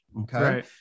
Okay